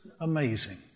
amazing